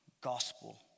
gospel